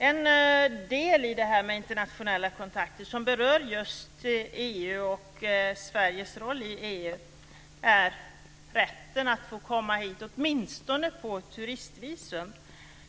En del i detta med internationella kontakter som berör just EU och Sveriges roll i EU är rätten att få komma hit, åtminstone på turistvisum.